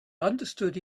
understood